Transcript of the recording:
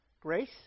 grace